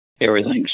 everything's